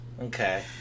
Okay